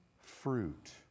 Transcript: fruit